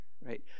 right